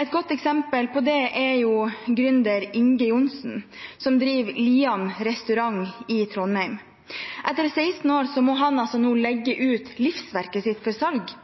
Et godt eksempel på det er gründer Inge Johnsen, som driver Lian Restaurant i Trondheim. Etter 16 år må han nå legge ut livsverket sitt for salg.